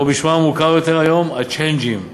או בשמם המוכר יותר היום, הצ'יינג'ים.